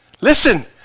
Listen